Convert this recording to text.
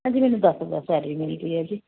ਹਾਂਜੀ ਮੈਨੂੰ ਦਸ ਹਜ਼ਾਰ ਸੈਲਰੀ ਮਿਲਦੀ ਹੈ ਜੀ